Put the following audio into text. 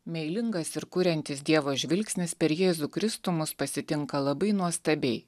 meilingas ir kuriantis dievo žvilgsnis per jėzų kristų mus pasitinka labai nuostabiai